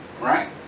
Right